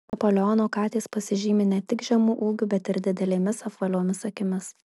napoleono katės pasižymi ne tik žemu ūgiu bet ir didelėmis apvaliomis akimis